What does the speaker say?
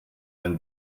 ein